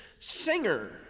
singer